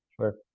sure